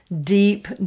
deep